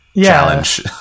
challenge